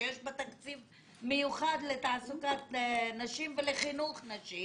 שיש בה תקציב מיוחד לתעסוקת נשים ולחינוך נשים